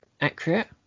accurate